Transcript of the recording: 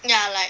ya like